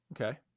Okay